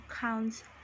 Count's